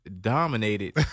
dominated